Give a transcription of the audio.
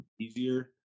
Easier